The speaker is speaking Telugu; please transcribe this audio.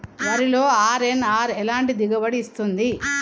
వరిలో అర్.ఎన్.ఆర్ ఎలాంటి దిగుబడి ఇస్తుంది?